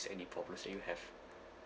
any problems that you have